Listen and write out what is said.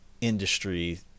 industry